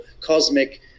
cosmic